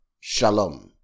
Shalom